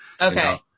Okay